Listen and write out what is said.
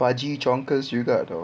bulgy chonkers juga [tau]